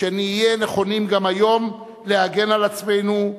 שנהיה נכונים גם היום להגן על עצמנו,